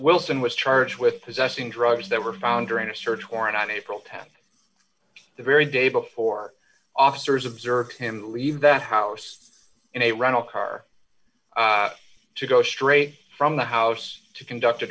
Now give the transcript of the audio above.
wilson was charged with possessing drugs that were found during a search warrant on april th the very day before d officers observed him leave that house in a rental car to go straight from the house to conduct a